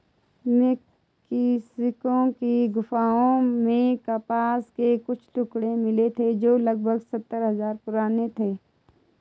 Mexico की गुफाओं में कपास के कुछ टुकड़े मिले थे जो लगभग सात हजार साल पुराने थे